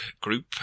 group